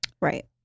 right